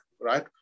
right